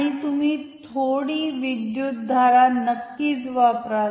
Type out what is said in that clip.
आणि तुम्ही थोडी विद्युत धारा नक्कीच वापराल